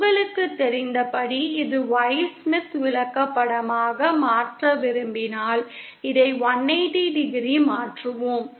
உங்களுக்குத் தெரிந்தபடி இதை Y ஸ்மித் விளக்கப்படமாக மாற்ற விரும்பினால் இதை 180 டிகிரி மாற்றுவோம்